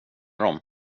dem